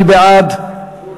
מי בעד?